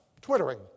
Twittering